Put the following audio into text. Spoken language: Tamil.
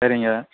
சரிங்க